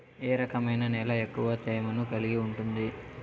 ఏ రకమైన నేల ఎక్కువ తేమను కలిగి ఉంటుంది?